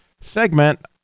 segment